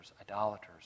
idolaters